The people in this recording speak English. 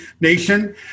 nation